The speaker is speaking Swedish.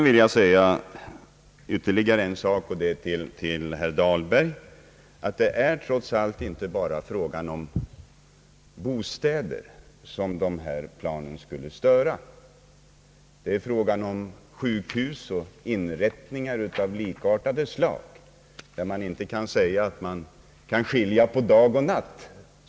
Till herr Dahlberg vill jag säga att det inte bara är bostadsområden som skulle störas av de här planen. I Brommas närhet finns också sjukhus och inrättningar av likartade slag, där man inte på ett enkelt sätt kan skilja mellan dag och natt.